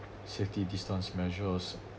safety distance measures